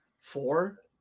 four